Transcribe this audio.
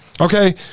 Okay